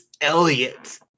Elliott